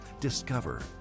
Discover